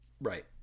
Right